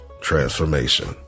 transformation